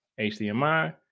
HDMI